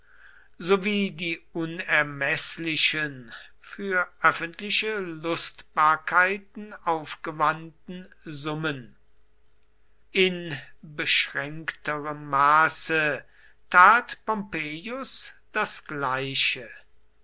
sowie die unermeßlichen für öffentliche lustbarkeiten aufgewandten summen in beschränkterem maße tat pompeius das gleiche